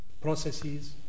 processes